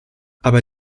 aber